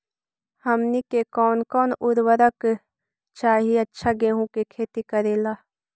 हमनी के कौन कौन उर्वरक चाही अच्छा गेंहू के खेती करेला?